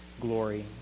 glory